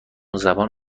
زبان